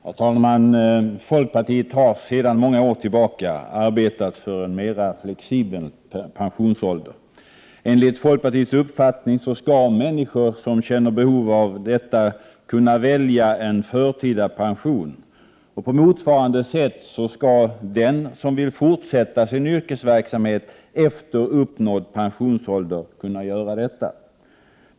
Herr talman! Folkpartiet har i många år arbetat för en mera flexibel pensionsålder. Enligt folkpartiets uppfattning skall människor som känner behov av detta kunna välja en förtida pension. På motsvarande sätt skall också den som vill fortsätta sin yrkesverksamhet efter uppnådd pensionsålder kunna göra detta.